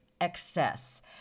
excess